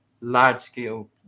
large-scale